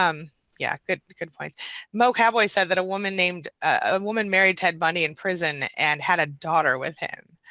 um yeah, good but good point. mocowboy said that a woman named. a woman married ted bundy in prison and had a daughter with him.